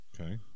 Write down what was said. Okay